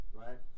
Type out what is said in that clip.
right